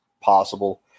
possible